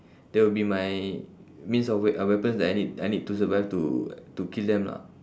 that will be my means of wea~ ah weapons that I need I need to survive to to kill them lah